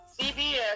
CBS